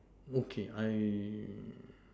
okay I